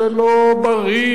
זה לא בריא,